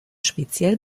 speziell